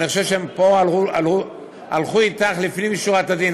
אני חושב שפה הם הלכו אתך לפנים משורת הדין.